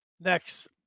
next